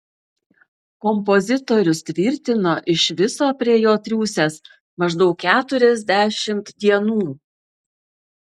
kompozitorius tvirtino iš viso prie jo triūsęs maždaug keturiasdešimt dienų